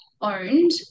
owned